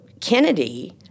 Kennedy